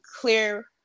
clear